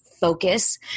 focus